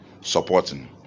supporting